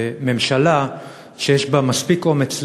ממשלה שיש בה מספיק אומץ לב,